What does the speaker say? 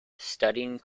studying